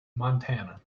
montana